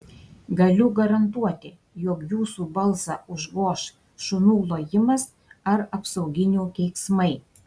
galiu garantuoti jog jūsų balsą užgoš šunų lojimas ar apsauginių keiksmai